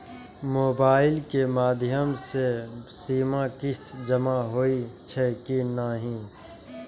Mobile के माध्यम से सीमा किस्त जमा होई छै कि नहिं?